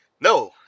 No